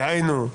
דהיינו,